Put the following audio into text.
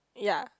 ya